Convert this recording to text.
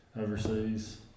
overseas